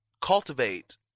cultivate